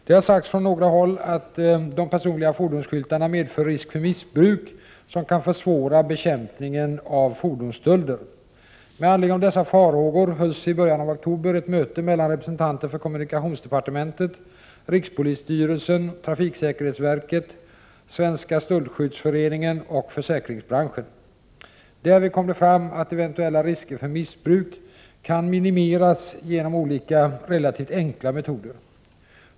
Det har sagts från några håll att de personliga fordonsskyltarna medför risk för missbruk som kan försvåra bekämpningen av fordonsstölder. Med anledning av dessa farhågor hölls i början av oktober ett möte mellan representanter för kommunikationsdepartementet, rikspolisstyrelsen, trafiksäkerhetsverket, Svenska stöldskyddsföreningen och försäkringsbranschen. Därvid kom det fram att eventuella risker för missbruk kan minimeras genom olika relativt enkla metoder.